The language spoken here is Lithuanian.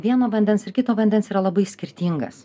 vieno vandens ir kito vandens yra labai skirtingas